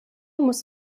muss